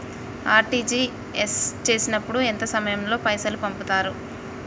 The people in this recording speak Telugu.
ఆర్.టి.జి.ఎస్ చేసినప్పుడు ఎంత సమయం లో పైసలు పంపుతరు?